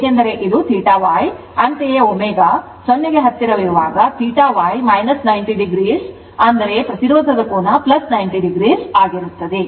ಏಕೆಂದರೆ ಇದು θ Y ಅಂತೆಯೇ ω 0 ಗೆ ಹತ್ತಿರ ಇರುವಾಗ θ Y 90o ಅಂದರೆ ಪ್ರತಿರೋಧದ ಕೋನವು 90o ಆಗಿದೆ